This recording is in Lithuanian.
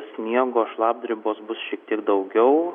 sniego šlapdribos bus šiek tiek daugiau